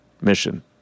mission